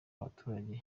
abaturage